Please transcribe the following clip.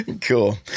cool